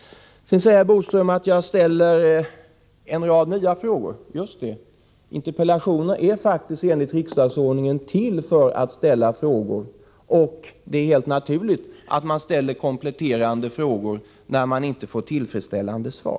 Sedan säger herr Bodström att jag ställer en rad nya frågor. Just det, interpellationer är faktiskt enligt riksdagsordningen till för att man skall kunna ställa frågor, och det är helt naturligt att man ställer kompletterande frågor när man inte får tillfredsställande svar.